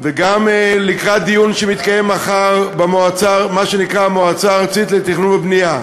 וגם לקראת דיון שמתקיים מחר במה שנקרא המועצה הארצית לתכנון ובנייה,